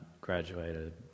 graduated